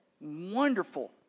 wonderful